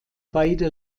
beide